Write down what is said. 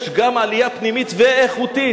יש גם עלייה פנימית ואיכותית,